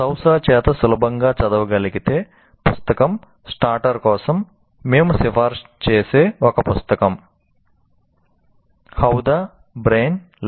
Sousa చేత సులభంగా చదవగలిగే పుస్తకం స్టార్టర్ కోసం మేము సిఫారసు చేసే ఒక పుస్తకం "How the Brain Learns